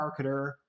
marketer